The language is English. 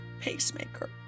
pacemaker